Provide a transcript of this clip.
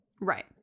Right